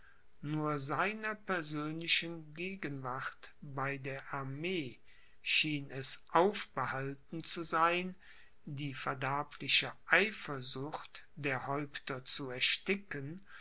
nur seiner persönlichen gegenwart bei der armee schien es aufbehalten zu sein die verderbliche eifersucht der häupter zu ersticken